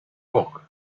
book